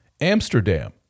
Amsterdam